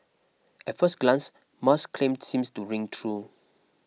at first glance Musk's claim seems to ring true